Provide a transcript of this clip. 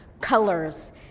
colors